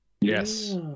Yes